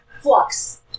Flux